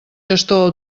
gestor